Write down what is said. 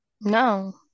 No